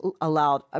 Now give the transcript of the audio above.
allowed